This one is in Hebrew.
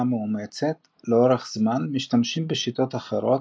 מאומצת לאורך זמן משתמשים בשיטות אחרות,